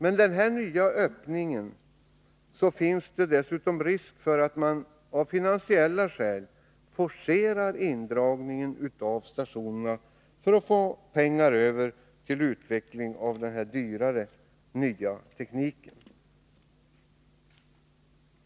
Med denna nya öppning finns dessutom risk för att man av finansiella skäl forcerar indragningen av de synoptiska stationerna för att få pengar över till utveckling av den dyra nya tekniken.